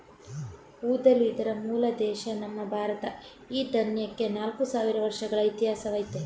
ಊದಲು ಇದರ ಮೂಲ ದೇಶ ನಮ್ಮ ಭಾರತ ಈ ದಾನ್ಯಕ್ಕೆ ನಾಲ್ಕು ಸಾವಿರ ವರ್ಷಗಳ ಇತಿಹಾಸವಯ್ತೆ